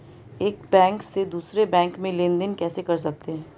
एक बैंक से दूसरे बैंक में लेनदेन कैसे कर सकते हैं?